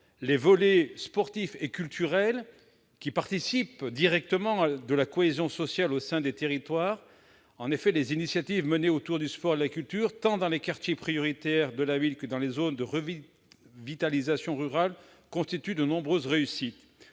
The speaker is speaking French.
les volets sportif et culturel participent directement de la cohésion sociale au sein des territoires. Les initiatives menées autour du sport et de la culture, tant dans les quartiers prioritaires de la ville que dans les zones de revitalisation rurale, débouchent sur de nombreuses réussites.